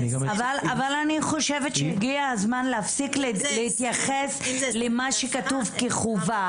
אני חושבת שהגיע הזמן להפסיק להתייחס למה שכתוב כחובה.